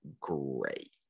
great